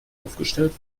aufgestellt